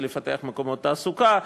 לפתח מקומות תעסוקה,